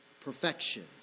perfection